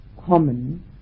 common